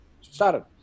started